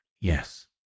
Yes